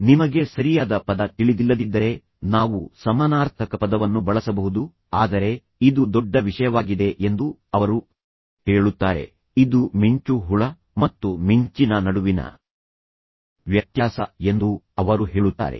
ನಿಮಗೆ ಸರಿಯಾದ ಪದ ತಿಳಿದಿಲ್ಲದಿದ್ದರೆ ನಾವು ಸಮಾನಾರ್ಥಕ ಪದವನ್ನು ಬಳಸಬಹುದು ಆದರೆ ಇದು ದೊಡ್ಡ ವಿಷಯವಾಗಿದೆ ಎಂದು ಅವರು ಹೇಳುತ್ತಾರೆ ಇದು ಮಿಂಚು ಹುಳ ಮತ್ತು ಮಿಂಚಿನ ನಡುವಿನ ವ್ಯತ್ಯಾಸ ಎಂದು ಅವರು ಹೇಳುತ್ತಾರೆ